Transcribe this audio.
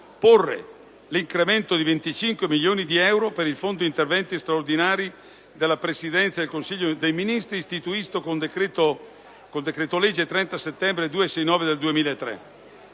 proporre di incrementare di 25 milioni di euro il Fondo per interventi straordinari della Presidenza del Consiglio dei ministri, istituito con decreto-legge 30 settembre 2003,